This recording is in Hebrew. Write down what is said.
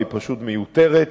והיא פשוט מיותרת.